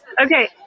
Okay